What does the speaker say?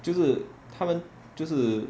就是他们就是